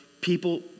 people